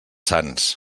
sants